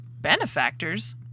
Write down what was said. Benefactors